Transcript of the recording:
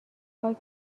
خاک